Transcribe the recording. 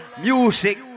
music